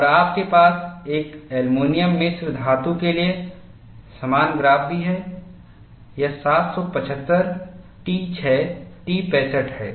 और आपके पास एक एल्यूमीनियम मिश्र धातु के लिए समान ग्राफ भी है यह 7075 t6 t65 है